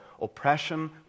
oppression